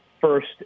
first